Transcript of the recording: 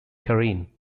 karin